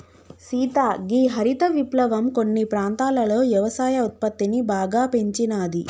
సీత గీ హరిత విప్లవం కొన్ని ప్రాంతాలలో యవసాయ ఉత్పత్తిని బాగా పెంచినాది